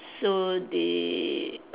so they